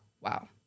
wow